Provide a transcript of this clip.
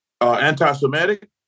anti-Semitic